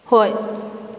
ꯍꯣꯏ